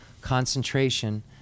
concentration